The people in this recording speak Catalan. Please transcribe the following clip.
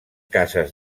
cases